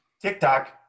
TikTok